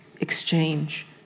exchange